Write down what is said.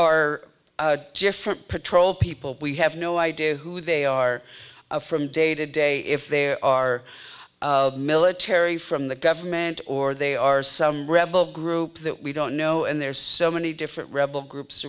are different patrol people we have no idea who they are from day to day if there are military from the government or they are some rebel group that we don't know and there are so many different rebel groups